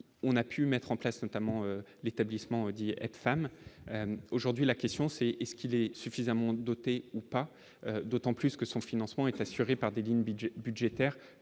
on a pu mettre en place, notamment l'établissement, dit cette femme aujourd'hui, la question c'est est-ce qu'il est suffisamment doté ou pas, d'autant plus que son financement est assuré par des lignes budget